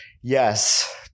Yes